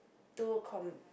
two comb